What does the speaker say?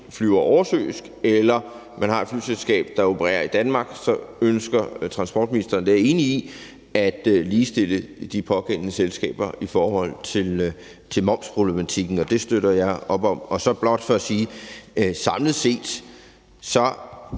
flyver oversøisk, eller man har et flyselskab, der opererer i Danmark, ønsker transportministeren, og det er jeg enig i, at ligestille de pågældende selskaber i forhold til momsproblematikken. Det støtter jeg op om. Så vil jeg blot sige, at samlet set har